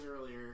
earlier